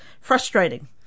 frustrating